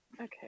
okay